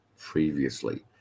previously